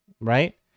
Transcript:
right